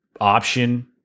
option